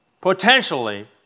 potentially